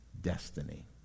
Destiny